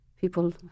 people